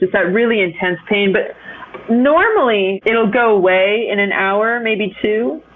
just that really intense pain, but normally, it'll go away in an hour, maybe two.